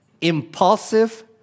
impulsive